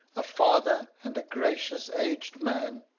a father, and a gracious aged man,